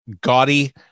gaudy